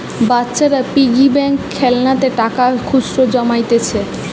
বাচ্চারা piggy bank খেলনাতে টাকা খুচরা জমাইতিছে